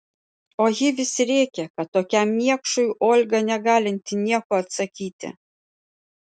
o ji vis rėkė kad tokiam niekšui olga negalinti nieko atsakyti